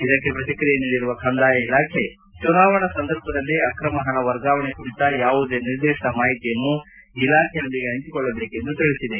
ಇದಕ್ಕೆ ಪ್ರತಿಕ್ರಿಯೆ ನೀಡಿರುವ ಕಂದಯ ಇಲಾಖೆ ಚುನಾವಣಾ ಸಂದರ್ಭದಲ್ಲಿ ಅಕ್ರಮ ಪಣ ವರ್ಗಾವಣೆ ಕುರಿತ ಯಾವುದೇ ನಿರ್ದಿಷ್ಟ ಮಾಹಿತಿಯನ್ನು ಇಲಾಖೆಯೊಂದಿಗೆ ಹಂಚಿಕೊಳ್ಳಬೇಕೆಂದು ತಿಳಿಸಿದೆ